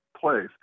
place